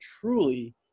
truly